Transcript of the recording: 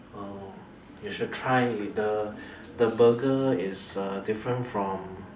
oh you should try the burger the burger is uh different from